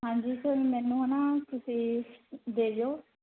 ਹਾਂਜੀ ਸਰ ਮੈਨੂੰ ਹੈ ਨਾ ਤੁਸੀਂ ਦੇ ਜੋ